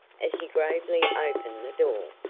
as he gravely opened the door.